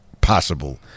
possible